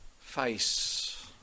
face